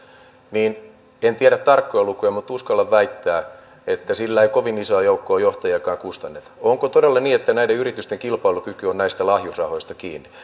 niin en tiedä tarkkoja lukuja mutta uskallan väittää että sillä ei kovin isoa joukkoa johtajiakaan kustanneta onko todella niin että näiden yritysten kilpailukyky on näistä lahjusrahoista kiinni